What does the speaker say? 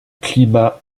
climat